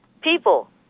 people